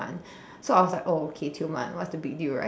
so I was like oh okay Tioman what's the big deal right